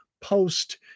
post